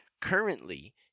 currently